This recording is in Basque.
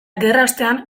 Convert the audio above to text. gerraostean